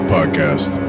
Podcast